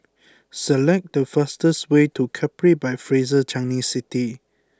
select the fastest way to Capri by Fraser Changi City